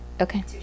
okay